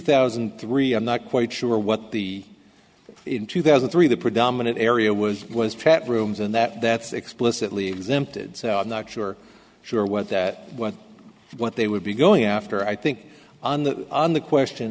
thousand and three i'm not quite sure what the in two thousand three the predominant area was was pat rooms and that that's explicitly exempted so i'm not sure sure what that what what they would be going after i think on the on the question